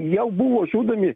jau buvo žudomi